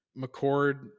McCord